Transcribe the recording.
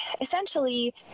essentially